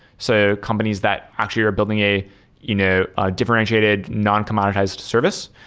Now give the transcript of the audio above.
so companies that actually are building a you know ah differentiated non-commoditized service,